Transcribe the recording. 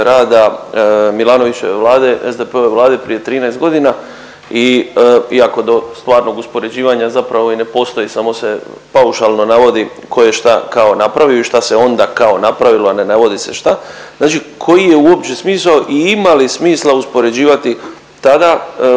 rada Milanovićeve vlade SDP-ove vlade prije 13 godina i iako stvarnog uspoređivanja zapravo i ne postoji samo se paušalno navodi tko je šta kao napravio i šta se onda kao napravilo, a ne navodi se šta. Znači koji je uopće smisao i ima li smisla uspoređivati tada